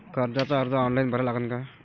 कर्जाचा अर्ज ऑनलाईन भरा लागन का?